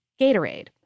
Gatorade